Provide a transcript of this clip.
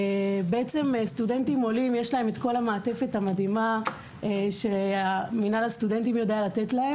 לסטודנטים עולים יש מעטפת מדהימה מצד מינהל הסטודנטים.